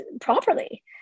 properly